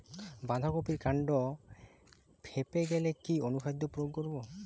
বাঁধা কপির কান্ড ফেঁপে গেলে কি অনুখাদ্য প্রয়োগ করব?